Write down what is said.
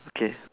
okay